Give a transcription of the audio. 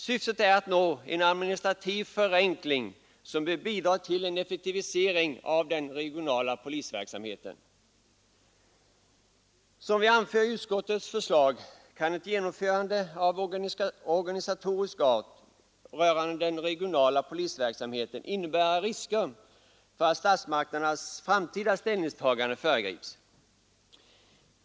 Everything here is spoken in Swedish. Syftet är att nå en administrativ förenkling, som bör bidra till en effektivisering av den Som vi anför i utskottets förslag måste det ”beaktas att ett genomförande av organisatoriska förändringar rörande den regionala polisverksamheten innebär risker för att statsmakternas framtida ställningstagande —— —föregrips”.